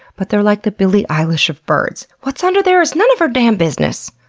but they're like the billie eilish of birds what's under there is none of our damn business!